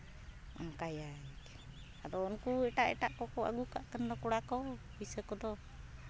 ᱚᱱᱠᱟᱭᱟᱭ ᱟᱨᱚ ᱩᱱᱠᱩ ᱮᱴᱟᱜ ᱮᱴᱟᱜ ᱠᱚᱠᱚ ᱟᱹᱜᱩ ᱠᱟᱜ ᱠᱟᱱᱫᱚ ᱠᱚᱲᱟ ᱠᱚ ᱯᱚᱭᱥᱟ ᱠᱚᱫᱚ